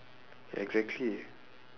exactly